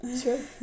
True